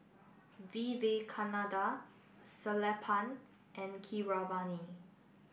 Vivekananda Sellapan and Keeravani